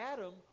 Adam